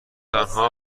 آنها